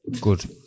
Good